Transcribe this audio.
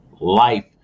life